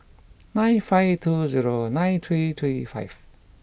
nine five two zero nine three three five